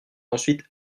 ensuite